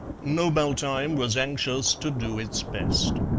knobaltheim was anxious to do its best.